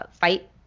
fight